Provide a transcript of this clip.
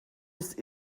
des